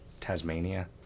Tasmania